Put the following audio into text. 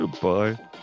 Goodbye